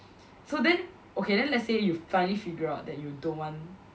so then okay then let's say you finally figure out that you don't want